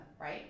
right